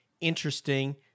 interesting